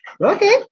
okay